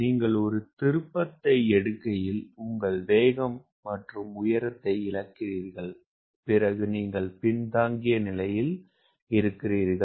நீங்கள் ஒரு திருப்பத்தை எடுக்கையில் உங்கள் வேகம் மற்றும் உயரத்தை இழக்கிறீர்கள் பிறகு நீங்கள் பின்தங்கிய நிலையில் இருக்கிறீர்கள்